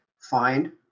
find